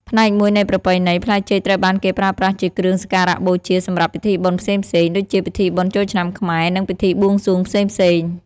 ផ្នែកមួយនៃប្រពៃណី ផ្លែចេកត្រូវបានគេប្រើប្រាស់ជាគ្រឿងសក្ការបូជាសម្រាប់ពិធីបុណ្យផ្សេងៗ ដូចជាពិធីបុណ្យចូលឆ្នាំខ្មែរ និងពិធីបួងសួងផ្សេងៗ។